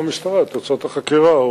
מהמשטרה את תוצאות החקירה,